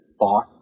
thought